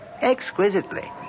exquisitely